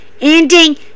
ending